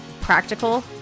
practical